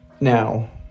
Now